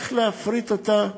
איך להפריט אותה.